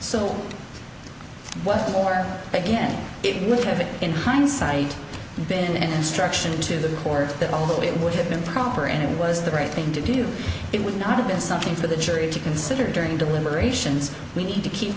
so what more again it would have it in hindsight been an instruction to the court that although it would have been proper and it was the right thing to do it would not have been something for the jury to consider during deliberations we need to keep